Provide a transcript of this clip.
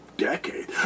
decade